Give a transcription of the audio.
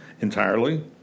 entirely